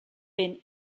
been